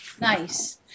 Nice